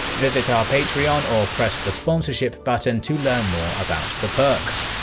visit our patreon or press the sponsorship button to learn more about the perks.